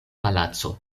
palaco